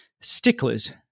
sticklers